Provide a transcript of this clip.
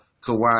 Kawhi